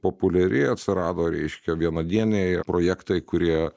populiari atsirado reiškia vienadieniai projektai kurie